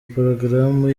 porogaramu